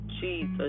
Jesus